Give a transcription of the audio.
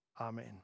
Amen